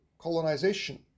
colonization